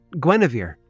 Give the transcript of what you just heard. Guinevere